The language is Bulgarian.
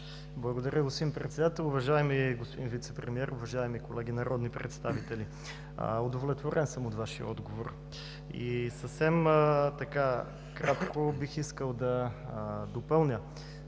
Благодаря, господин Председател. Уважаеми господин Вицепремиер, уважаеми колеги народни представители! Удовлетворен съм от Вашия отговор. Съвсем кратко бих искал да допълня,